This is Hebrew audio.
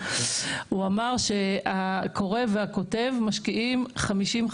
הוא אמר שהקורא והכותב משקיעים חמישים,